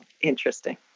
Interesting